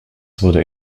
wurde